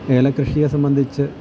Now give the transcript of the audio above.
ഏലകൃഷിയെ സംബന്ധിച്ച്